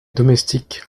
domestiques